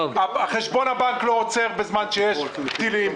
חשבון הבנק לא עוצר בזמן שיש טילים,